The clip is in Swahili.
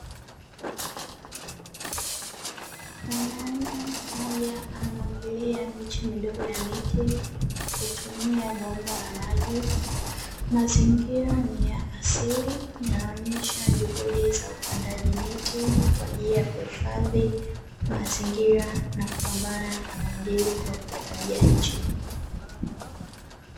Mwanaume mmoja anamwagilia miche midogo ya miti kwa kutumia bomba la maji. Mazingira ni ya asili, yanaonyesha juhudi za upandaji miti kwa ajili ya kuhifadhi mazingira na kupambana na mabadiliko ya tabia ya nchi.